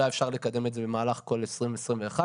לא היה אפשר לקדם את זה במהלך כל 2021 כמעט.